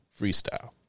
Freestyle